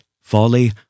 folly